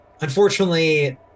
Unfortunately